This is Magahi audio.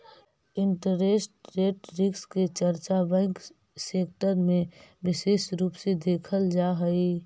इंटरेस्ट रेट रिस्क के चर्चा बैंक सेक्टर में विशेष रूप से देखल जा हई